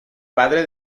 padre